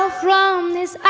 ah from this